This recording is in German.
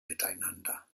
miteinander